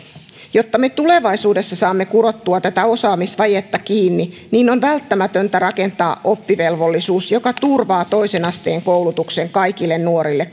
jotta me tulevaisuudessa saamme kurottua tätä osaamisvajetta kiinni niin on välttämätöntä rakentaa oppivelvollisuus joka turvaa toisen asteen koulutuksen kaikille nuorille